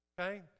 Okay